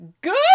Good